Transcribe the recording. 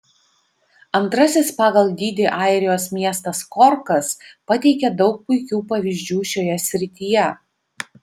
antrasis pagal dydį airijos miestas korkas pateikia daug puikių pavyzdžių šioje srityje